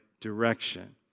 direction